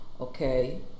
okay